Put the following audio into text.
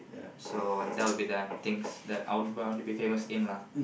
so that'll be the things that I would want to be famous in lah